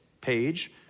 page